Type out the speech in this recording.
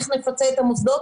איך נפצה את המוסדות.